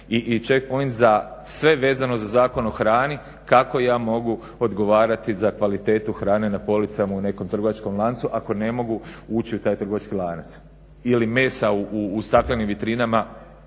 i chek point za sve vezano za Zakon o hrani, kako ja mogu odgovarati za kvalitetu hrane na policama u nekom trgovačkom lancu ako ne mogu ući u taj trgovački lanac ili mesa u staklenim vitrinama